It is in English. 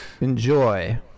Enjoy